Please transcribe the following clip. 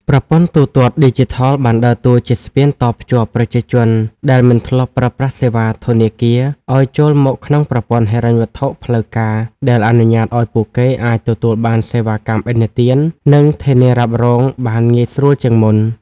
ប្រព័ន្ធទូទាត់ឌីជីថលបានដើរតួជាស្ពានតភ្ជាប់ប្រជាជនដែលមិនធ្លាប់ប្រើប្រាស់សេវាធនាគារ ឱ្យចូលមកក្នុងប្រព័ន្ធហិរញ្ញវត្ថុផ្លូវការ ដែលអនុញ្ញាតឱ្យពួកគេអាចទទួលបានសេវាកម្មឥណទាន និងធានារ៉ាប់រងបានងាយស្រួលជាងមុន។